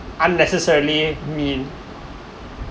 unnecessarily mean